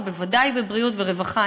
ובוודאי בבריאות ורווחה.